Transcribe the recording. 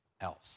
else